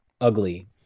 ugly